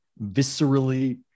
viscerally